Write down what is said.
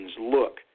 look